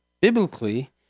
biblically